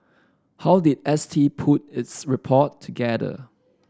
how did S T put its report together